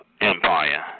Empire